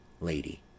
Lady